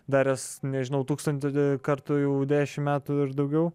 daręs nežinau tūkstantį kartų jau dešim metų ir daugiau